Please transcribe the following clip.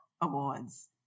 Awards